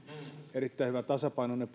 erittäin hyvä tasapainoinen